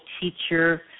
teacher